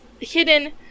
hidden